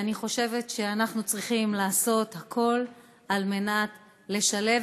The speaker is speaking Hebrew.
אני חושבת שאנחנו צריכים לעשות הכול על מנת לשלב